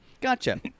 Gotcha